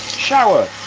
shower.